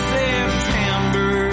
September